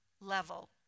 level